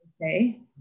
say